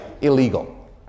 illegal